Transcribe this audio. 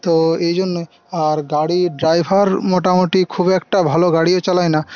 তো এইজন্যই আর গাড়ির ড্রাইভার মোটামুটি খুব একটা ভালো গাড়িও চালায় না